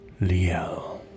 Liel